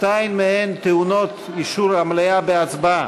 שתיים מהן טעונות אישור המליאה בהצבעה: